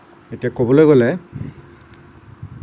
এতিয়া ক'বলৈ গ'লে